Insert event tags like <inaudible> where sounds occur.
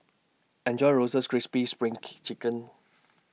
Enjoy Roasted Crispy SPRING K Chicken <noise>